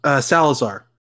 Salazar